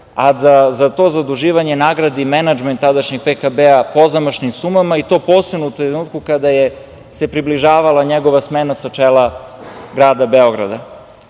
da za to zaduživanje nagradi menadžment tadašnjeg PKB-a pozamašnim sumama i to posebno u trenutku kada se približavala njegova smena sa čela grada Beograda. Niti